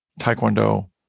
Taekwondo